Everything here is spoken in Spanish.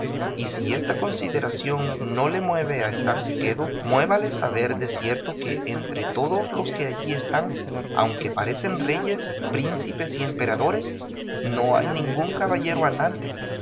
y si esta consideración no le mueve a estarse quedo muévale saber de cierto que entre todos los que allí están aunque parecen reyes príncipes y emperadores no hay ningún caballero andante